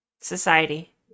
Society